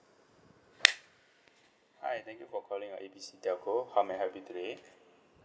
hi thank you for calling uh A B C telco how may I help you today